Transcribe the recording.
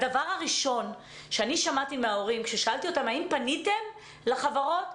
הדבר הראשון ששמעתי מההורים כששאלתי אותם: האם פניתם לחברות?